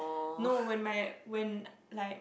no when my when like